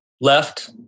left